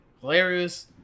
hilarious